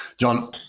John